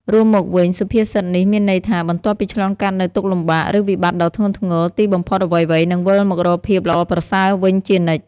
រួមមកវិញ សុភាសិតនេះមានន័យថា បន្ទាប់ពីឆ្លងកាត់នូវទុក្ខលំបាក ឬវិបត្តិដ៏ធ្ងន់ធ្ងរ ទីបំផុតអ្វីៗនឹងវិលមករកភាពល្អប្រសើរវិញជានិច្ច។